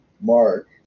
Mark